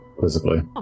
physically